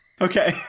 Okay